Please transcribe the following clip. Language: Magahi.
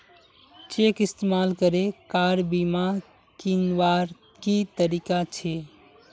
चेक इस्तेमाल करे कार बीमा कीन्वार की तरीका छे?